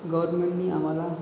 गव्हरमेंटनी आम्हाला